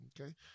Okay